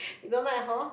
you don't like hor